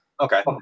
Okay